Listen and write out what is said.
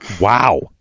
Wow